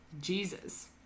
Jesus